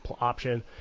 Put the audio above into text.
option